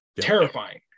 terrifying